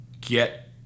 get